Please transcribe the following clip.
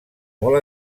molt